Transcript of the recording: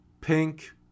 pink